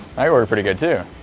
work pretty good too!